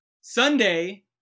Sunday